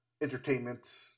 entertainment